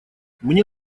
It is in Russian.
мне